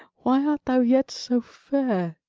why art thou yet so fair?